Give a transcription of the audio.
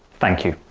thank you.